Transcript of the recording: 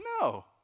No